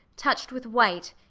touched with white,